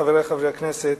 חברי חברי הכנסת,